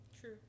True